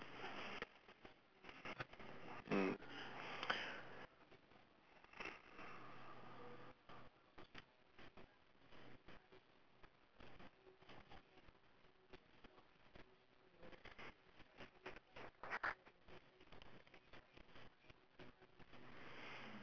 mm